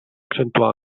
accentuar